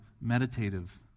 meditative